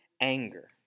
anger